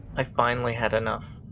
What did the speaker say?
i finally had enough,